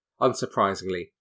unsurprisingly